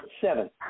seven